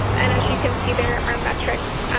um and as you can see, there are metrics,